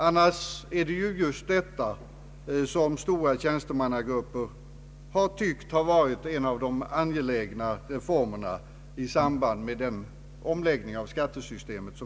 Annars är det just detta som stora tjänstemannagrupper har ansett vara en av de mest angelägna reformer som borde genomföras i samband med den förestående omläggningen av skattesystemet.